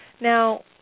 Now